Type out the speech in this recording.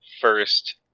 first